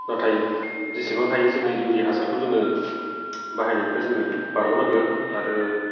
नाथाय जेसेबां हायो जोङो इउरिया हासारखौ जोङो बाहायनायनिफ्राय जोङो बारग' नांगोन आरो